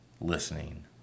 listening